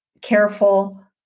careful